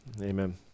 Amen